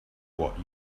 what